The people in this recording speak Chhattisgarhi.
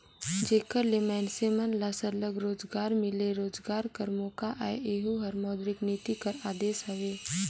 जेकर ले मइनसे मन ल सरलग रोजगार मिले, रोजगार कर मोका आए एहू हर मौद्रिक नीति कर उदेस हवे